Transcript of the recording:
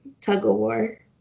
tug-of-war